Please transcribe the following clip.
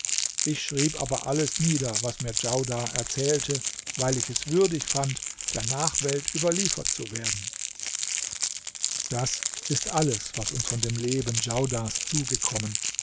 ich schrieb aber alles nieder was mir djaudar erzählte weil ich es würdig fand der nachwelt überliefert zu werden das ist alles was uns von dem leben djaudars zugekommen